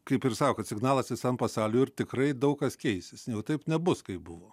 kaip ir sako kad signalas visam pasauliui ir tikrai daug kas keisis ne taip nebus kaip buvo